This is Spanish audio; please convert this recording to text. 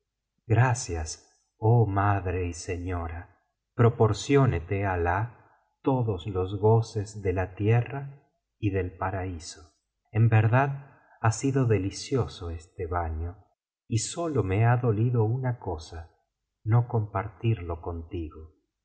gracias oh madre y señora proporciónete alah todos los goces déla tierna y del paraíso en verdad ha sido delicioso este baño y sólo me ha dolido una cosa no compartirlo contigo